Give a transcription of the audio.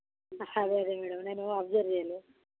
అదే అదే మేడం నేను అబ్జర్వ్ చేయలేదు